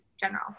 general